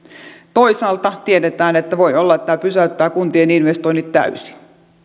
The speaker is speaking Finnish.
toisaalta tiedetään että voi olla että tämä pysäyttää kuntien investoinnit täysin